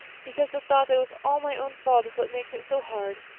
because the thought that it is all my own fault is what makes it so hard.